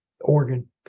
organ